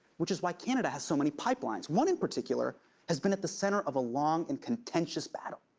which is why canada has so many pipelines. one in particular has been at the center of a long and contentious battle.